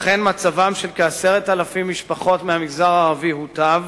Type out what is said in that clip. אכן, מצבן של כ-10,000 משפחות הוטב,